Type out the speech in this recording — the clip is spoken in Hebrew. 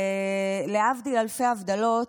ולהבדיל אלפי הבדלות,